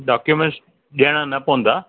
documents ॾियणा न पवंदा